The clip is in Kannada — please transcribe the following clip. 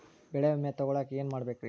ಬೆಳೆ ವಿಮೆ ತಗೊಳಾಕ ಏನ್ ಮಾಡಬೇಕ್ರೇ?